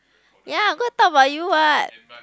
ya go and talk about you what